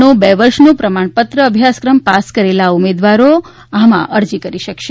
નો બે વર્ષનો પ્રમાણપત્ર અભ્યાસક્રમ પાસ કરેલા ઉમેદવારો આમાં અરજી કરી શકશે